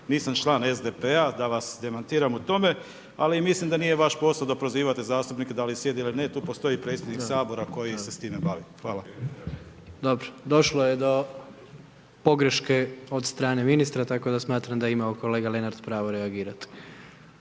nisam član SDP-a da vas demantiram u tome, ali mislim da nije vaš posao da prozivate zastupnike da li sjedi ili ne, tu postoji predsjednik Sabora koji se s time bavi. Hvala. **Jandroković, Gordan (HDZ)** Dobro, došlo je do pogreške od strane ministra, tako da je imao kolega Lenart pravo reagirati.